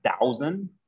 thousand